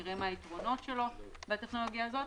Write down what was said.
נראה מה היתרונות שלו בטכנולוגיה הזאת,